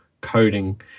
coding